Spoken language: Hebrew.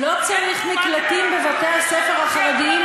לא צריך מקלטים בבתי-הספר החרדיים,